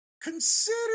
Consider